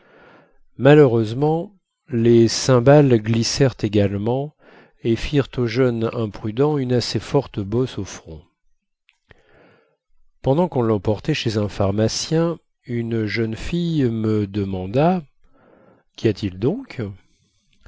malheureusement les cymbales glissèrent également et firent au jeune imprudent une assez forte bosse au front pendant quon lemportait chez un pharmacien une jeune fille me demanda quy a-t-il donc